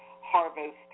harvest